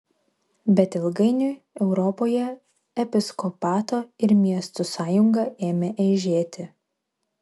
bet ilgainiui europoje episkopato ir miestų sąjunga ėmė eižėti